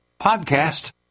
PODCAST